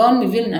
הגאון מווילנה,